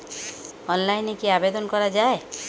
অনলাইনে কি আবেদন করা য়ায়?